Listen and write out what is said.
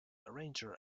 arranger